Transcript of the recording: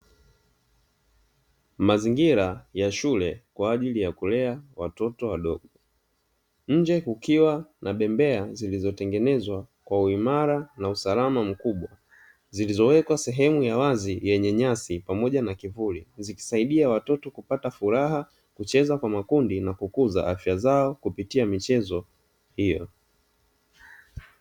Mazingira ya shule kwa ajili ya kulea watoto wadogo, nje kukiwa na bembea zilizotengenezwa kwa uimara na usalama mkubwa, zilizowekwa sehemu ya wazi yenye nyasi pamoja na kivuli. Zikisaidia watoto kupata furaha, kucheza kwa makundi na kukuza afya zao kupitia michezo hiyo.